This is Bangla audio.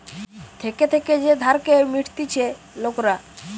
থেকে থেকে যে ধারকে মিটতিছে লোকরা